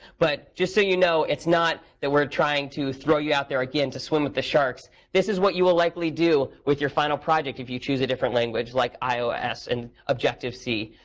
but just so you know, it's not that we're trying to throw you out there again to swim the sharks. this is what you will likely do with your final project, if you choose a different language, like ios and objective c,